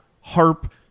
harp